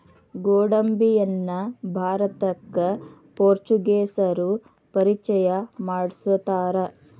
ಗೋಡಂಬಿಯನ್ನಾ ಭಾರತಕ್ಕ ಪೋರ್ಚುಗೇಸರು ಪರಿಚಯ ಮಾಡ್ಸತಾರ